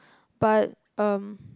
but um